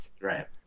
right